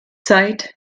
zeit